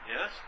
yes